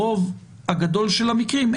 ברוב הגדול של המקרים,